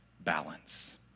balance